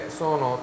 sono